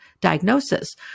diagnosis